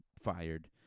fired